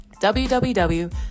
www